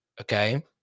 Okay